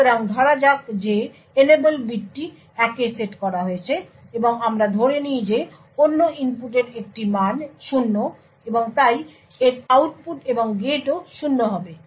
সুতরাং ধরা যাক যে enable বিটটি 1 এ সেট করা হয়েছে এবং আমরা ধরে নিই যে অন্য ইনপুটের একটি মান 0 এবং তাই এর আউটপুট এবং গেটও 0 হবে